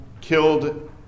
killed